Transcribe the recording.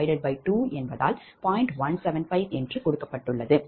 175 என்று கொடுக்கப்பட்டுள்ளது